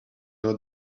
know